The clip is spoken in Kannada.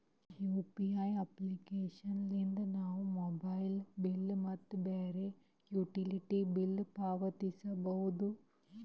ಯು.ಪಿ.ಐ ಅಪ್ಲಿಕೇಶನ್ ಲಿದ್ದ ನಾವು ಮೊಬೈಲ್ ಬಿಲ್ ಮತ್ತು ಬ್ಯಾರೆ ಯುಟಿಲಿಟಿ ಬಿಲ್ ಪಾವತಿಸಬೋದು